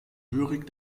lyrik